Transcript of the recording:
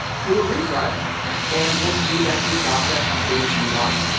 do a refresh and we'll see that we've got that updated you. why?